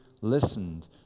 listened